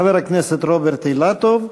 חבר הכנסת רוברט אילטוב,